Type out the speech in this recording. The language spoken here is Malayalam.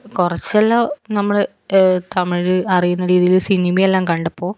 കുറച്ചെല്ലാം നമ്മള് തമിഴ് അറിയുന്ന രീതിയില് സിനിമയെല്ലാം കണ്ടപ്പോൾ